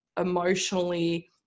emotionally